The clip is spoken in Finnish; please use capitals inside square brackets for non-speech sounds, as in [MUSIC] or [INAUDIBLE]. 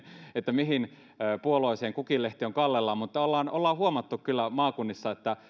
mihin puolueeseen kukin lehti on kallellaan mutta ollaan ollaan huomattu kyllä maakunnissa että [UNINTELLIGIBLE]